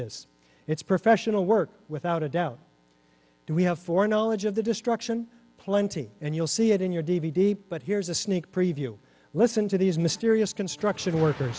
this it's professional work without a doubt and we have four knowledge of the destruction plenty and you'll see it in your d v d but here's a sneak preview listen to these mysterious construction workers